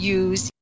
use